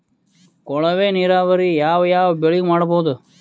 ಕೊಳವೆ ನೀರಾವರಿ ಯಾವ್ ಯಾವ್ ಬೆಳಿಗ ಮಾಡಬಹುದು?